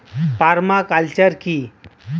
Parma culture কি?